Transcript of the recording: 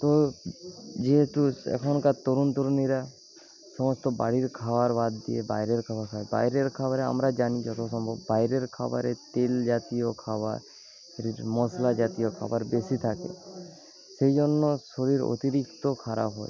তো যেহেতু এখনকার তরুণ তরুণীরা সমস্ত বাড়ির খাবার বাদ দিয়ে বাইরের খাবার খায় বাইরের খাবারে আমরা জানি যত সম্ভব বাইরের খাওয়ারে তেল জাতীয় খাওয়া রিচ মশলা জাতীয় খাওয়ার বেশি থাকে সেই জন্য শরীর অতিরিক্ত খারাপ হয়